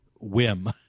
whim